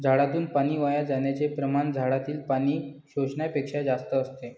झाडातून पाणी वाया जाण्याचे प्रमाण झाडातील पाणी शोषण्यापेक्षा जास्त असते